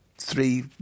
three